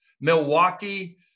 milwaukee